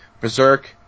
Berserk